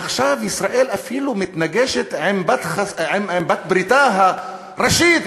עכשיו ישראל אפילו מתנגשת עם בת-בריתה הראשית,